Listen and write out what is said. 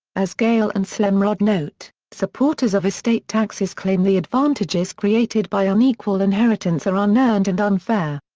as gale and slemrod note, supporters of estate taxes claim the advantages created by unequal inheritance are unearned and unfair.